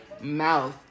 mouth